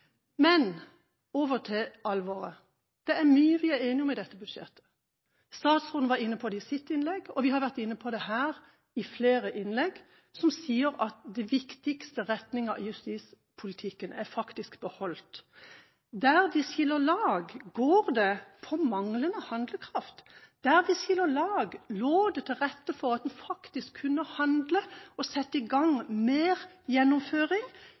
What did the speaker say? Men over til alvoret: Det er mye vi er enige om i dette budsjettet. Statsråden var inne på det i sitt innlegg, og vi har vært inne på det her i flere innlegg: Den viktigste retninga i justispolitikken er faktisk beholdt. Der vi skiller lag, går det på manglende handlekraft. Der vi skiller lag, lå det til rette for at vi faktisk kunne handle og sette i gang mer gjennomføring